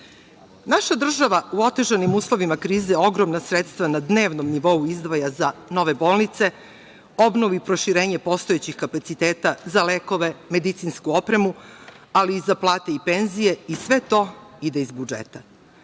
država u otežanim uslovima krize ogromna sredstva na dnevnom nivou izdvaja za nove bolnice, obnovu i proširenje postojećih kapaciteta, za lekove, medicinsku opremu, ali i za plate i penzije i sve to ide iz budžeta.U